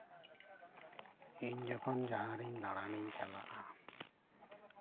ᱤᱧ ᱡᱚᱠᱷᱚᱱ ᱡᱟᱦᱟᱸᱨᱮ ᱫᱟᱬᱟᱱᱤᱧ ᱪᱟᱞᱟᱜᱼᱟ